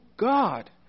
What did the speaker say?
God